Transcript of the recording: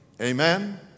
Amen